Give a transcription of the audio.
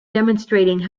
demonstrating